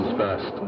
first